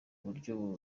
buryo